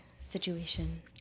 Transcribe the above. situation